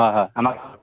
হয় হয় আমাৰ